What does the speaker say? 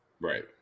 Right